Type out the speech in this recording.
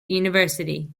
university